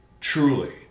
truly